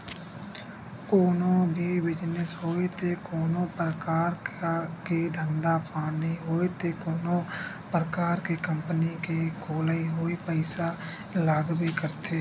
कोनो भी बिजनेस होय ते कोनो परकार के धंधा पानी होय ते कोनो परकार के कंपनी के खोलई होय पइसा लागबे करथे